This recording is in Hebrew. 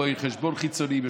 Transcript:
רואי חשבון חיצוניים,